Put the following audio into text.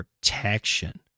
protection